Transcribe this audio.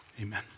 amen